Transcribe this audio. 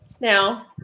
now